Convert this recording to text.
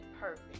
perfect